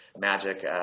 magic